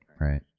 right